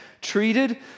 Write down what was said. treated